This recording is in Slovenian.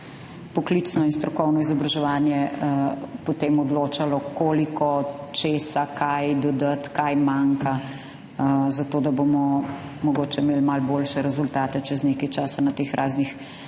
poklicno in strokovno izobraževanje se bodo potem odločali, koliko česa, kaj dodati, kaj manjka, zato da bomo mogoče imeli malo boljše rezultate čez nekaj časa na teh raznih